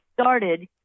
started